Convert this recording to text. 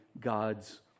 God's